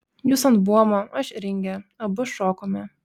jūs ant buomo aš ringe abu šokome